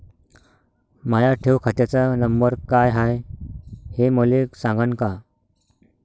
माया ठेव खात्याचा नंबर काय हाय हे मले सांगान का?